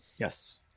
Yes